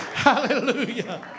Hallelujah